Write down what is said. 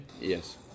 Yes